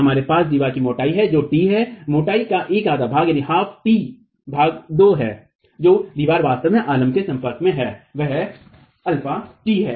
हमारे पास दीवार की मोटाई है जो t है मोटाई का एक आधा भाग t भाग 2 है जो दीवार वास्तव में आलम्ब के संपर्क में है वह αt है